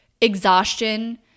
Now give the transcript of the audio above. exhaustion